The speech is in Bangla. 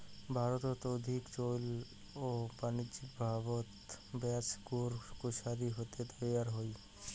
ভারতত অধিক চৈল ও বাণিজ্যিকভাবত ব্যাচা গুড় কুশারি হাতে তৈয়ার হই